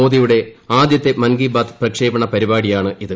മോദിയുടെ ആദ്യത്ത് മൻ കി ബാത് പ്രക്ഷേപണ പരിപാടിയാണ് ഇത്